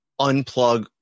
unplug